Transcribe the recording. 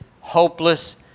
hopeless